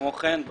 כמו כן,